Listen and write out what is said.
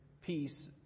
peace